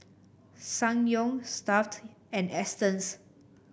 Ssangyong Stuff'd and Astons